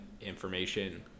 information